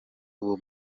uwo